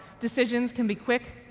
decisions can be quick,